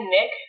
Nick